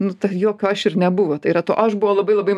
nu ta jokio aš ir nebuvo tai yra to aš buvo labai labai